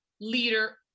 leader